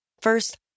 First